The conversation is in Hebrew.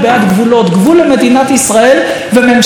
גבול למדינת ישראל וממשלה עם גבולות,